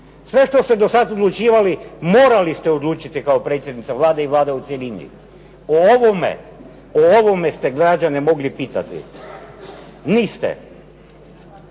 Sve što ste sada odlučivali, morali ste odlučivati kao predsjednica Vlade i Vlada u cjelini. O ovome ste građane mogli pitati. Niste.